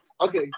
Okay